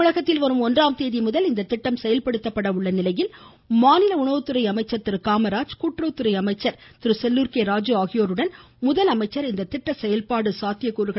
தமிழகத்தில் வரும் ஒன்றாம்தேதிமுதல் இத்திட்டம் செயல்படுத்தப்பட உள்ள நிலையில் மாநில உணவுத்துறை அமைச்சர் திரு காமராஜ் கூட்டுறவுதுறை அமைச்சர் திரு செல்லூர் கே ராஜு ஆகியோருடன் முதலமைச்சர் போன்றவை இத்திட்ட செயல்பாடு சாத்தியக் குறித்து கலந்துரையாடுகிறார்